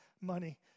money